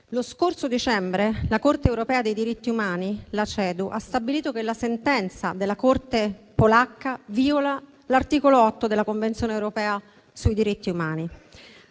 Lo scorso dicembre la Corte europea dei diritti umani (CEDU) ha stabilito che la sentenza della Corte polacca viola l’articolo 8 della Convenzione europea dei diritti